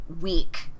week